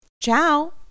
Ciao